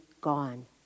gone